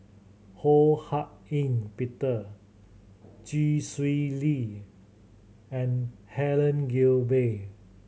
Ho Hak Ean Peter Chee Swee Lee and Helen Gilbey